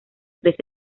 tres